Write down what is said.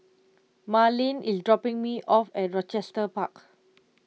Marleen is dropping me off at Rochester Park